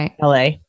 LA